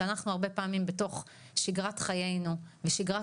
שאנחנו הרבה פעמים בתוך שגרת חיינו ובתוך שגרת